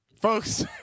Folks